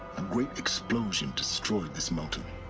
a great explosion destroyed this mountain